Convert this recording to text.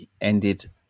ended